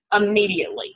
immediately